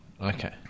Okay